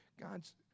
God's